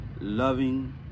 loving